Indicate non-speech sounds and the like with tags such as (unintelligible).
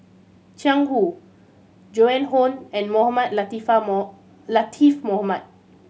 Jiang Hu Joan Hon and Mohamed Latiff (unintelligible) Latiff Mohamed